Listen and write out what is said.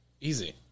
Easy